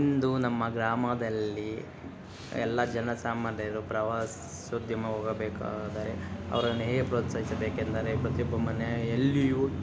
ಇಂದು ನಮ್ಮ ಗ್ರಾಮದಲ್ಲಿ ಎಲ್ಲ ಜನಸಾಮಾನ್ಯರು ಪ್ರವಾಸೋದ್ಯಮ ಹೋಗಬೇಕಾದರೆ ಅವರನ್ನು ಹೇಗೆ ಪ್ರೋತ್ಸಾಹಿಸಬೇಕೆಂದರೆ ಪ್ರತಿಯೊಬ್ಬರ ಮನೆಯಲ್ಲಿಯೂ